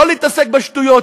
לא להתעסק בשטויות,